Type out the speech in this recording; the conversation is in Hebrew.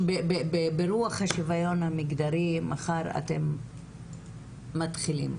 ברוח השוויון המגדרי, מחר אתם מתחילים.